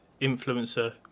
influencer